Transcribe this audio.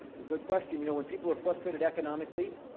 it's a good question. you know, when people are frustrated economically,